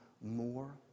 more